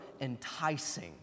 enticing